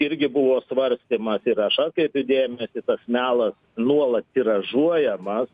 irgi buvo svarstymas ir aš atkreipiu dėmesį kad melas nuolat tiražuojamas